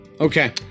Okay